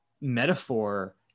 metaphor